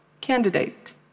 candidate